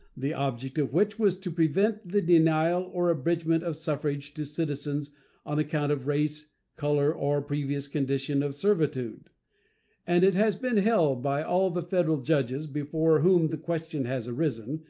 the object of which was to prevent the denial or abridgment of suffrage to citizens on account of race, color, or previous condition of servitude and it has been held by all the federal judges before whom the question has arisen,